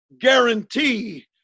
guarantee